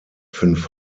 fünf